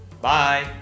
Bye